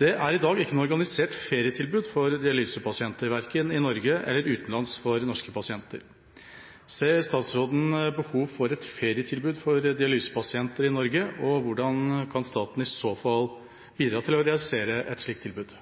Det er i dag ikke noe organisert ferietilbud for dialysepasienter, hverken i Norge eller utenlands. Ser statsråden behov for et ferietilbud for dialysepasienter i Norge, og hvordan kan staten i så fall bidra til å realisere et slikt tilbud?»